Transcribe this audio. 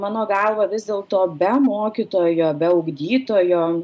mano galva vis dėlto be mokytojo be ugdytojo